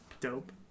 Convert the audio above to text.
dope